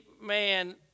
man